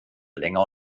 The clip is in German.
länger